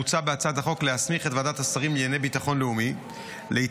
מוצע בהצעת החוק להסמיך את ועדת השרים לענייני ביטחון לאומי להתערב